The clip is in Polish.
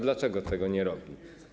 Dlaczego tego nie robi?